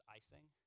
icing